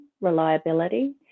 reliability